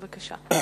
בבקשה.